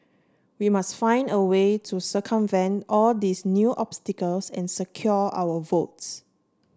we must find a way to circumvent all these new obstacles and secure our votes